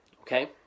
Okay